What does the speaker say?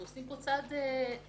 אנחנו עושים פה צעד עצום.